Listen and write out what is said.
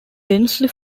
densely